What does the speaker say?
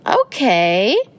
Okay